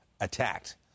attacked